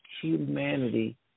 humanity